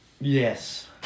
Yes